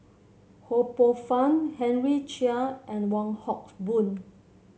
Ho Poh Fun Henry Chia and Wong Hock Boon